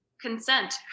consent